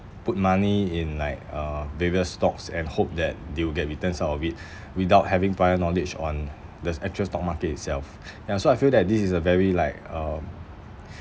put money in like uh various stocks and hope that they will get returns out of it without having prior knowledge on the actual stock market itself ya so I feel that this is a very like um